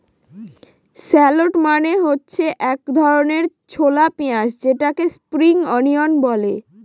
shallot মানে হচ্ছে এক ধরনের ছোলা পেঁয়াজ যেটাকে স্প্রিং অনিয়ন বলে